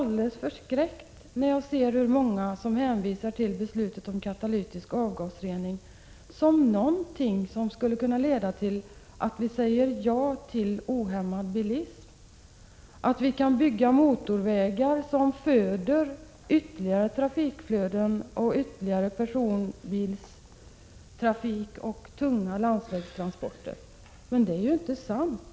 Jag blir förskräckt när jag ser hur många som hänvisar till beslutet om katalytisk avgasrening som någonting som skulle kunna leda till att vi kan säga ja till ohämmad bilism, till att vi skulle kunna bygga motorvägar som föder ytterligare personbilstrafik och flöden av tunga landsvägstransporter. Men det är ju inte sant.